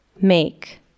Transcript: make